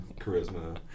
charisma